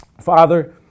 Father